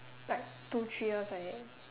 like two three years like that